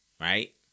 right